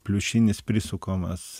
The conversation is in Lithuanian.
pliušinis prisukamas